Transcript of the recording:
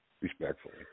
respectfully